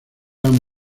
ann